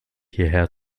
hierher